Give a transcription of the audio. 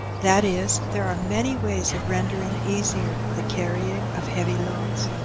that is, there are many ways of rendering easier the carrying of heavy loads.